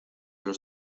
los